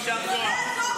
יישר כוח.